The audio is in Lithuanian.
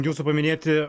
jūsų paminėti